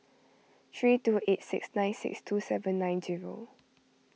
three two eight six nine six two seven nine zero